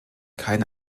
keine